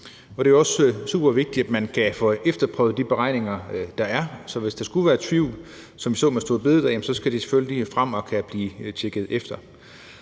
Det er også supervigtigt, at man kan få efterprøvet de beregninger, der er, sådan at de, hvis der skulle være tvivl, som vi så det med store bededag, selvfølgelig skal frem og tjekkes efter.